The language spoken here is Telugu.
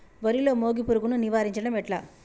వరిలో మోగి పురుగును నివారించడం ఎట్లా?